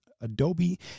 Adobe